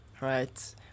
right